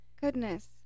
Goodness